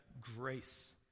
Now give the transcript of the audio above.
grace